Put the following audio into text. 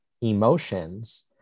emotions